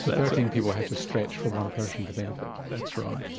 thirteen people had to stretch for one person to benefit? that's right.